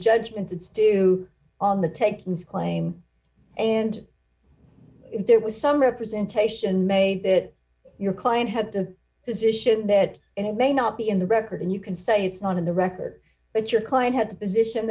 judgment it's due to on the takings claim and there was some representation made that your client had the position that it may not be in the record and you can say it's not in the record but your client had the position